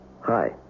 Hi